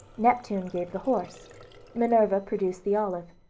neptune gave the horse minerva produced the olive.